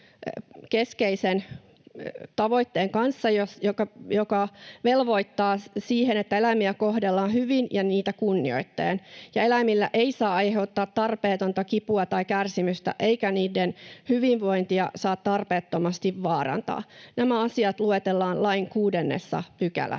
keskeisen tavoitteen kanssa, joka velvoittaa siihen, että eläimiä kohdellaan hyvin ja niitä kunnioittaen ja eläimille ei saa aiheuttaa tarpeetonta kipua tai kärsimystä eikä niiden hyvinvointia saa tarpeettomasti vaarantaa. Nämä asiat luetellaan lain 6 §:ssä.